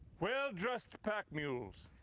well-dressed pack mules!